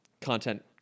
content